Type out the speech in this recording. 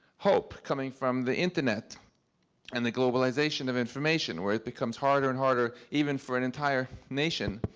hope coming from the internet and the globalization of information, where it becomes harder and harder, even for an entire nation,